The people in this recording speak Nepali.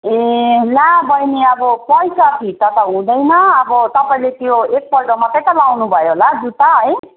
ए ल बहिनी अब पैसा फिर्ता त हुँदैन अब तपाईँले त्यो एक पल्ट मात्र त लगाउनु भयो होला जुत्ता है